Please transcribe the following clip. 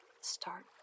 start